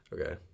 Okay